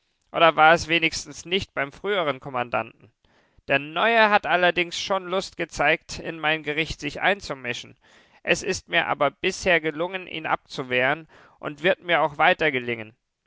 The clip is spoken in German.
oder war es wenigstens nicht beim früheren kommandanten der neue hat allerdings schon lust gezeigt in mein gericht sich einzumischen es ist mir aber bisher gelungen ihn abzuwehren und wird mir auch